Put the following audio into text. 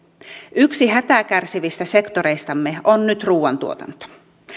yksi hätää kärsivistä sektoreistamme on nyt ruuantuotanto